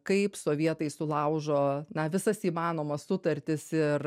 kaip sovietai sulaužo na visas įmanomas sutartis ir